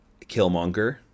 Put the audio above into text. Killmonger